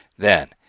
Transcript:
then